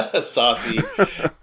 Saucy